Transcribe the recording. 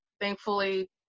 thankfully